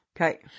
Okay